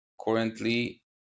currently